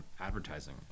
advertising